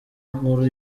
nkuru